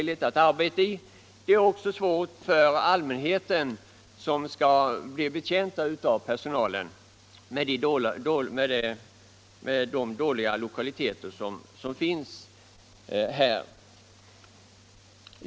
Låt mig bara nämna att det också är besvärligt för den allmänhet som skall betjänas av personalen i de dåliga lokaliteter som polisen f.n. har.